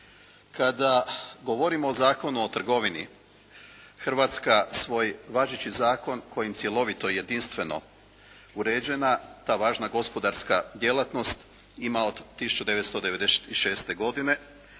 Kada govorimo o Zakonu o trgovini, Hrvatska svoj važeći zakon kojim cjelovito i jedinstveno uređena ta važna gospodarska djelatnost ima od 1996. godine,